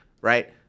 right